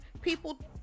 people